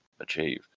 achieve